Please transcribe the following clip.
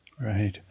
Right